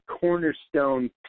cornerstone